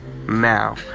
now